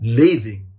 living